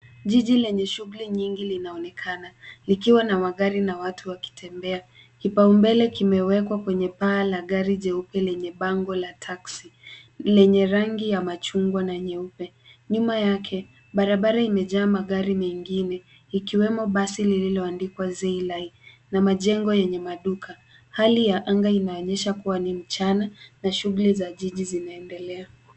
Jiji lenye shughuli nyingi linaonekana likiwa na magari na watu wakitembea. Kipau mbele kimewekwa kwenye paa la gari jeupe lenye bango la taksi, lenye rangi ya machungwa na nyeupe. Nyuma yake, barabara imejaa magari mengine, ikiwemo basi lililoandikwa zeylae , na majengo yenye maduka, hali ya anga inaonyesha kuwa ni mchana na shughuli za jiji zinaendelea.